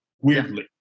weirdly